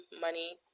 money